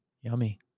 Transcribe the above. Yummy